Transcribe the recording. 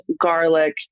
garlic